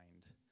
mind